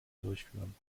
durchführen